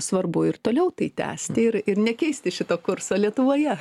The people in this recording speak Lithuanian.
svarbu ir toliau tai tęsti ir ir nekeisti šito kurso lietuvoje